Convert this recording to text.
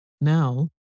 Now